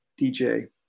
DJ